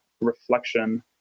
reflection